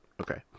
Okay